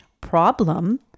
problem